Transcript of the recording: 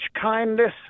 kindness